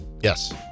Yes